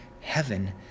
heaven